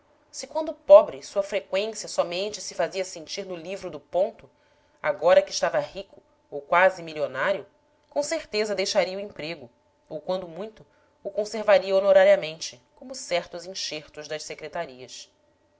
se quando pobre sua freqüência somente se fazia sentir no livro do ponto agora que estava rico ou quase milionário com certeza deixaria o emprego ou quando muito o conservaria honorariamente como certos enxertos das secretarias